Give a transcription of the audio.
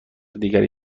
دیگری